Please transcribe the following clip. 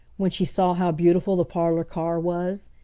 when she saw how beautiful the parlor car was.